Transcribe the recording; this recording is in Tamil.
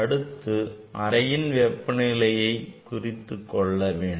அடுத்து அறையின் வெப்பநிலையை குறித்துக் கொள்ள வேண்டும்